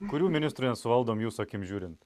kurių ministrų nesuvaldom jūsų akim žiūrint